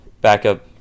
backup